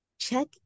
Check